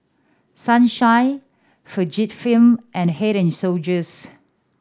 Sunshine Fujifilm and Head and Shoulders